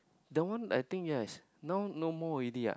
that one I think yes now no more already ah